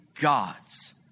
gods